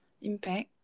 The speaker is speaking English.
impact